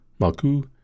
Maku